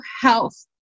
health